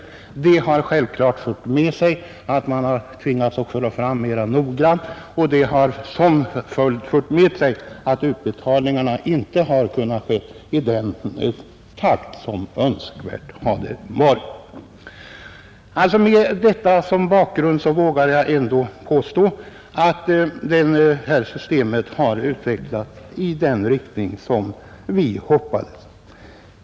Allt detta har självklart fört med sig att man tvingats gå mer noggrant till väga, och som följd därav har utbetalningarna inte kunnat göras i den takt som varit önskvärd. Med detta som bakgrund vågar jag påstå att systemet har utvecklats i den riktning som vi hoppades.